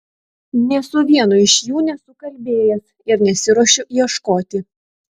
nė su vienu iš jų nesu kalbėjęs ir nesiruošiu ieškoti